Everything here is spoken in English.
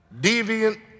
deviant